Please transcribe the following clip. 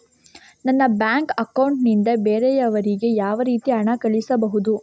ನನ್ನ bank account ನಿಂದ ಬೇರೆಯವರಿಗೆ ಯಾವ ರೀತಿ ಹಣ ಕಳಿಸಬಹುದು?